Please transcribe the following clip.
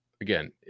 again